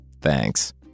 Thanks